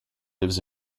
lives